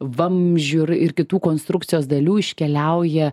vamzdžių ir ir kitų konstrukcijos dalių iškeliauja